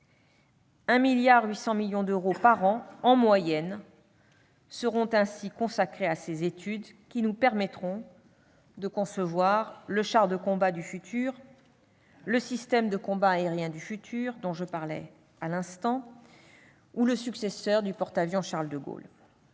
1,8 milliard d'euros par an en moyenne seront ainsi consacrés à ces études qui nous permettront de concevoir le char de combat du futur, le système de combat aérien futur, dont je parlais à l'instant, ou le successeur du porte-avions.